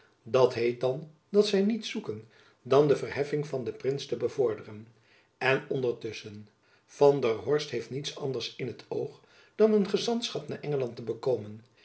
dat heet dan dat zy niets zoeken dan de verheffing van den prins te bevorderen en ondertusschen van der horst heeft niets anders in t oog dan een gezantschap naar engeland te bekomen